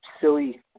silly